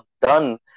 done